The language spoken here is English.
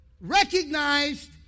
recognized